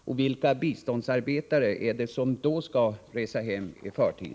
Och vilka biståndsarbetare är det som då skall resa hem i förtid?